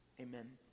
Amen